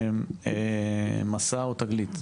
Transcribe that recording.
או תגלית.